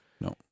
No